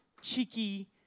cheeky